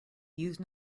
use